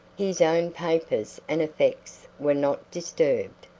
his own papers and effects were not disturbed.